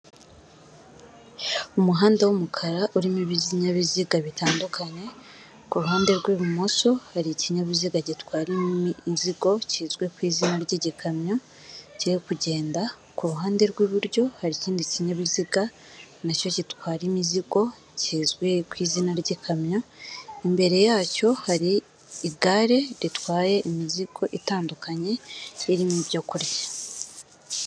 Umuhanda w'umukara urimo ibinyabiziga bitandukanye. Ku ruhande rw'ibumoso hari ikinyabiziga gitwara inzigo kizwi ku izina ry'igikamyo, Kiri kugenda ku ruhande rw'iburyo, hari ikindi kinyabiziga nacyo gitwara imizigo kizwi ku izina ry'ikamyo. Imbere yacyo hari igare ritwaye imizigo itandukanye irimo ibyo kurya.